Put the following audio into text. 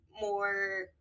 more